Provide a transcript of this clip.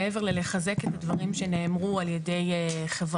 מעבר לכך שאני מבקשת לחזק את הדברים שנאמרו על ידי נציג